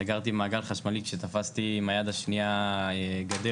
סגרתי מעגל חשמלי כשתפסתי עם היד השנייה גדר,